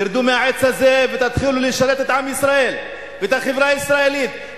תרדו מהעץ הזה ותתחילו לשרת את עם ישראל ואת החברה הישראלית.